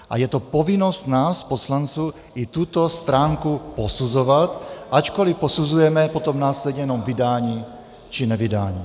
A je to povinnost nás poslanců i tuto stránku posuzovat, ačkoli posuzujeme potom následně jenom vydání či nevydání.